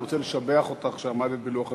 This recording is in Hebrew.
אני רוצה לשבח אותך שעמדת בלוח הזמנים.